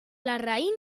larraín